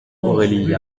aurélie